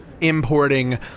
importing